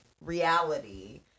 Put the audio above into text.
reality